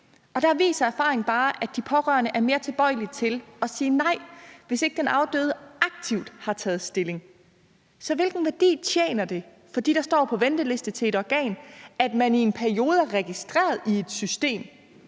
der viser erfaringen bare, at de pårørende er mere tilbøjelige til at sige nej, hvis ikke den afdøde aktivt har taget stilling. Så hvilken værdi har det for dem, der står på venteliste til et organ, at man i en periode er registreret i et system,